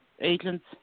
agents